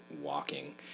walking